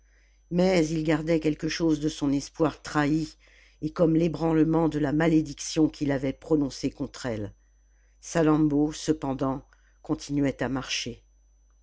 mais il gardait quelque chose de son espoir trahi et comme l'ébranlement de la malédiction qu'il avait prononcée contre elle salammbô cependant continuait à marcher